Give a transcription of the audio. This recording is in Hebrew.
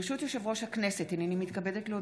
ברשות יושב-ראש הכנסת, הינני מתכבדת להודיעכם,